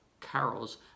carols